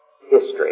history